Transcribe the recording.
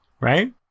right